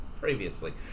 previously